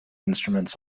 instruments